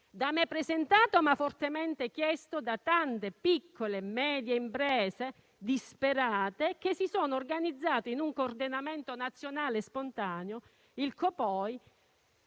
da me presentato, ma fortemente chiesto da tante piccole e medie imprese disperate che si sono organizzate in un coordinamento nazionale spontaneo (Copoi)